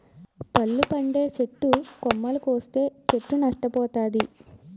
పళ్ళు పండే చెట్టు కొమ్మలు కోస్తే చెట్టు నష్ట పోతాది